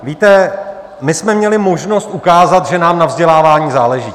Víte, my jsme měli možnost ukázat, že nám na vzdělávání záleží.